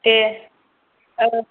दे औ